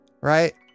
right